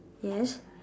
yes